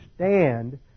understand